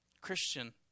Christian